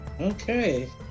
Okay